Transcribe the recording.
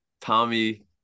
Tommy